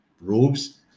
robes